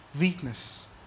weakness